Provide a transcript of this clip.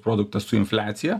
produktą su infliacija